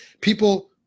people